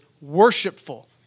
worshipful